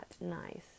nice